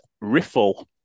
Riffle